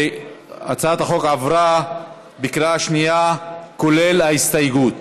הצעת החוק עברה בקריאה שנייה, כולל ההסתייגות.